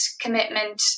commitment